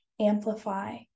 amplify